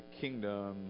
kingdom